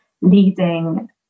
leading